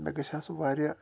مےٚ گژھِ ہہ سُہ واریاہ